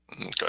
Okay